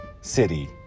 city